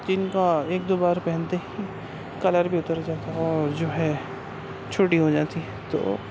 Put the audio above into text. جن کا ایک دو بار پہنتے ہی کلر بھی اتر جاتا ہے اور جو ہے چھوٹی ہو جاتی ہے تو